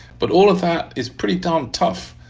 but all of that is pretty darn tough,